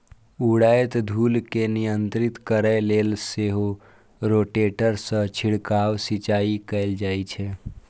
उड़ैत धूल कें नियंत्रित करै लेल सेहो रोटेटर सं छिड़काव सिंचाइ कैल जाइ छै